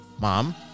mom